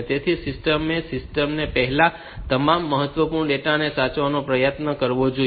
તેથી સિસ્ટમે સિસ્ટમ માટે પહેલા તમામ મહત્વપૂર્ણ ડેટાને સાચવવાનો પ્રયાસ કરવો જોઈએ